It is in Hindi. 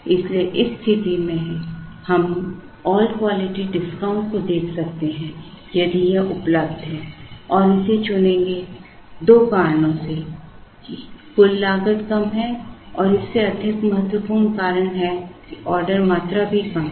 इसलिए इस स्थिति में हम ऑल क्वांटिटी डिस्काउंट को देख सकते हैं यदि यह उपलब्ध है और इसे चुनेंगे दो कारणों से कि कुल लागत कम है और इससे अधिक महत्वपूर्ण है कि ऑर्डर मात्रा भी कम है